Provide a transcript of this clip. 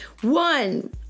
one